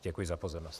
Děkuji za pozornost.